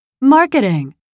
Marketing